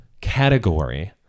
category